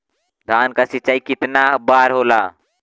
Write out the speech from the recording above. धान क सिंचाई कितना बार होला?